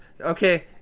Okay